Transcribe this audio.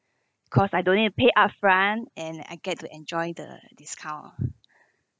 cause I don't need pay upfront and I get to enjoy the discount